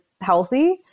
healthy